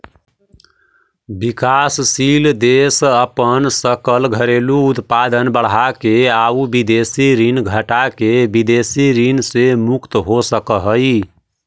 विकासशील देश अपन सकल घरेलू उत्पाद बढ़ाके आउ विदेशी ऋण घटाके विदेशी ऋण से मुक्त हो सकऽ हइ